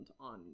on